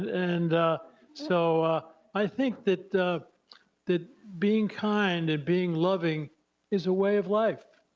and so i think that that being kind and being loving is a way of life,